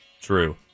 True